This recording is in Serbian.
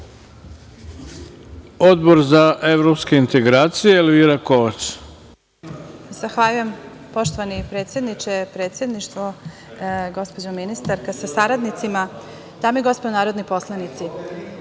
Odbora za evropske integracije, Elvire Kovač,